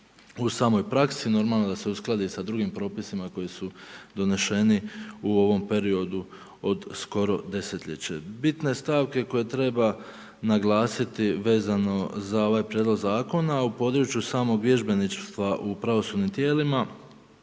u samoj praksi, normalno da se uskladi i sa drugim propisima koji su doneseni u ovom periodu od skoro desetljeće. Bitne stavke koje treba naglasiti vezano za ovaj prijedlog zakona u području samog vježbeništva u pravosudnim tijelima